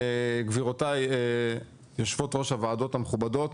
גבירותיי יושבות-ראש הוועדות המכובדות,